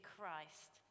Christ